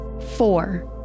Four